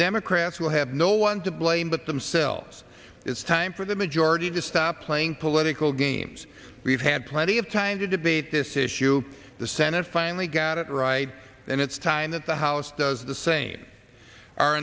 democrats will have no one to blame but themselves it's time for the majority to stop playing political games we've had plenty of time to debate this issue the senate finally got it right and it's time that the house does the same our